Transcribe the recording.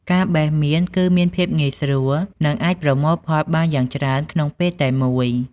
ការបេះមៀនគឺមានភាពងាយស្រួលនិងអាចប្រមូលផលបានយ៉ាងច្រើនក្នុងពេលតែមួយ។